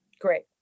Great